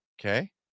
Okay